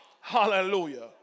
Hallelujah